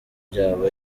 byabo